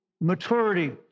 maturity